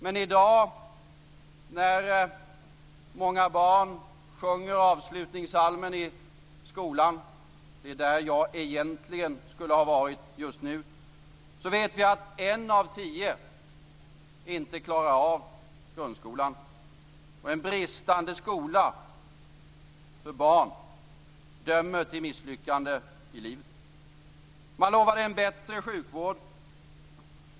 Men i dag, när många barn sjunger avslutningspsalmen i skolan - det är där jag egentligen skulle ha varit just nu - vet vi att en av tio inte klarar av grundskolan. En bristande skola för barn dömer till misslyckande i livet. Man lovar en bättre sjukvård.